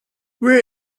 where